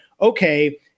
okay